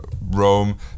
Rome